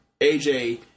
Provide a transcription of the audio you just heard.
AJ